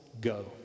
Go